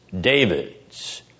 David's